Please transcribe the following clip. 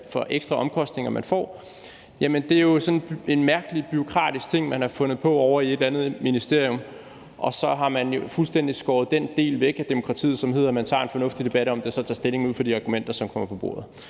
ekstra omkostninger man får – er jo sådan en mærkelig bureaukratisk ting, man har fundet på ovre i et eller andet ministerium, og så har man fuldstændig skåret den del væk af demokratiet, som hedder, at man tager en fornuftig debat om det og så tager stilling til det ud fra de argumenter, som kommer på bordet.